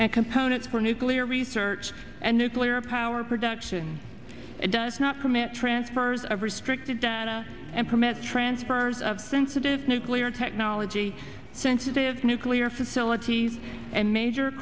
and components for nuclear research and nuclear power production it does not permit transfers of restricted data and permit transfers of sensitive nuclear technology sensitive nuclear facilities and major